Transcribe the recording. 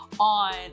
on